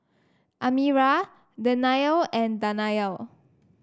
Amirah Danial and Danial